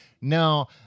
No